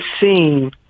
seen –